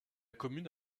commune